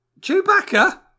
Chewbacca